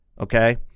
okay